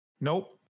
nope